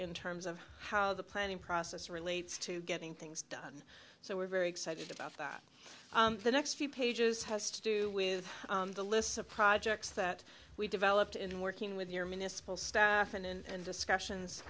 in terms of how the planning process relates to getting things done so we're very excited about that the next few pages has to do with the lists of projects that we developed in working with your miniscule staff and discussions